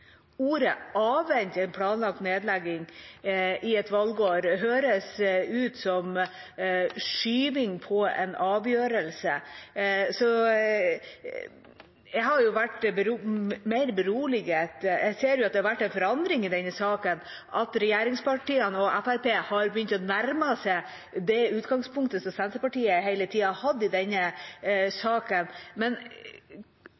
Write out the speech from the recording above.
en planlagt nedlegging» høres jo – i et valgår – ut som skyving på en avgjørelse. Jeg ser jo at det har vært en forandring i denne saken, at regjeringspartiene og Fremskrittspartiet har begynt å nærme seg det utgangspunktet som Senterpartiet hele tida har hatt.